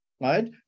right